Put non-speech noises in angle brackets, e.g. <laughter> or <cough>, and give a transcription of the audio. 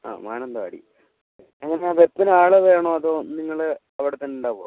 ആ മാനന്തവാടി <unintelligible> വെപ്പിന് ആളുവേണോ അതോ നിങ്ങൾ അവിടെ തന്നെ ഉണ്ടാവുമൊ